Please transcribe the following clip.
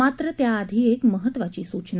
मात्र त्याआधी एक महत्त्वाची सूचना